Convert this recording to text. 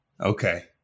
Okay